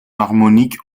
harmonique